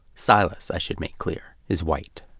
silas i should make clear is white.